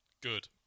good